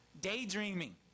daydreaming